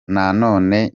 none